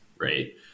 right